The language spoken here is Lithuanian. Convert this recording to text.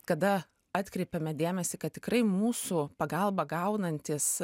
kada atkreipiame dėmesį kad tikrai mūsų pagalbą gaunantys